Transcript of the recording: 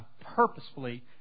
purposefully